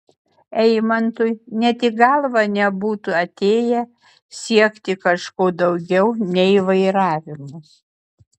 eimantui net į galvą nebūtų atėję siekti kažko daugiau nei vairavimas